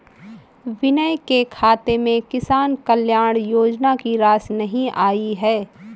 विनय के खाते में किसान कल्याण योजना की राशि नहीं आई है